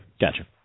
Gotcha